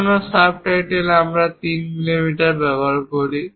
যে কোনও সাবটাইটেল আমরা 3 মিলিমিটার ব্যবহার করি